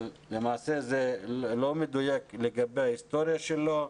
אבל למעשה זה לא מדויק לגבי ההיסטוריה שלו.